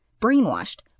brainwashed